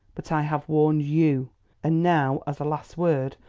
but i have warned you and now, as a last word,